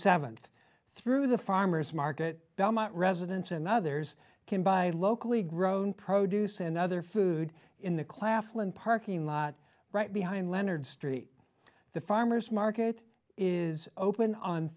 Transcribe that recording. seventh through the farmer's market belmont residence and others can buy locally grown produce and other food in the claflin parking lot right behind leonard street the farmer's market is open on